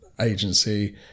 agency